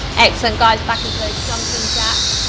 excellent guys, back into those jumping jacks.